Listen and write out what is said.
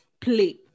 play